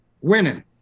Winning